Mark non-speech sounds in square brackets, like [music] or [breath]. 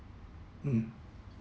mm [breath]